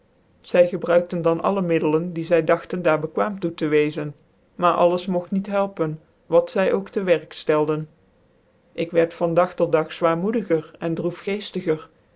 zy gebruikte dan alle middelen di c zy diëten daar bekwaam toe tc weczen maar alles mogt niet helpen wat zy ook tc werk ftclde ik wierd van dag tot dag zwaarmoediger en drocfgccftigcr